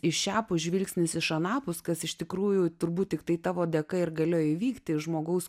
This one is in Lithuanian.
iš šiapus žvilgsnis iš anapus kas iš tikrųjų turbūt tiktai tavo dėka ir galėjo įvykti žmogaus